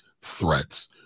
threats